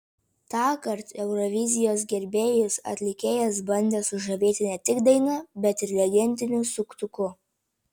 tąkart eurovizijos gerbėjus atlikėjas bandė sužavėti ne tik daina bet ir legendiniu suktuku